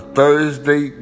Thursday